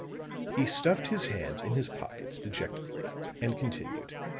he stuffed his hands in his pockets dejectedly and continued